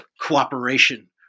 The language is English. cooperation